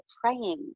praying